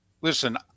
Listen